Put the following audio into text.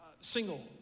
single